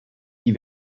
die